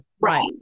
Right